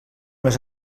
les